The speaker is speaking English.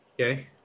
Okay